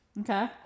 Okay